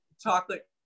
chocolate